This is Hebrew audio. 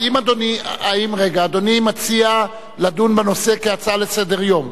האם אדוני מציע לדון בנושא כהצעה לסדר-יום?